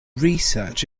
research